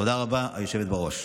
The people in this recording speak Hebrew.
תודה רבה, היושבת-ראש.